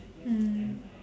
mm